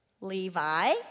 Levi